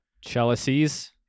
Chalices